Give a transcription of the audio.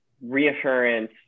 reassurance